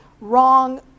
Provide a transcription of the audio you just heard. wrong